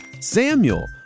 Samuel